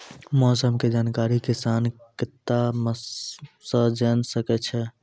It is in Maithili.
मौसम के जानकारी किसान कता सं जेन सके छै?